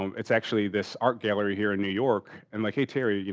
um it's actually this art gallery here in new york and like hey terry, you